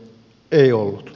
ei ollut